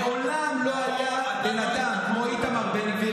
מעולם לא היה בן אדם כמו איתמר בן גביר,